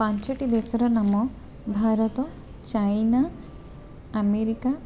ପାଞ୍ଚଟି ଦେଶର ନାମ ଭାରତ ଚାଇନା ଆମେରିକା